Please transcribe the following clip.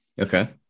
Okay